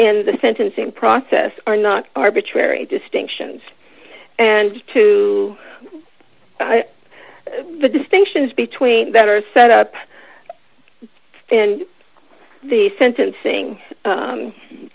in the sentencing process are not arbitrary distinctions and to the distinctions between that are set up and the sentencing